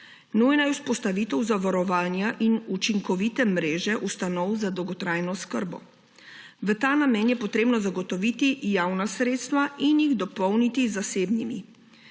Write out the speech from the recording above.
Nujna je vzpostavitev zavarovanja in učinkovite mreže ustanov za dolgotrajno oskrbo. V ta namen je potrebno zagotoviti javna sredstva in jih dopolniti z zasebnimi.